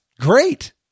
great